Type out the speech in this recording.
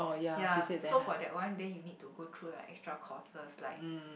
ya so for that one then you need to go through a extra courses like